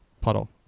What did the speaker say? puddle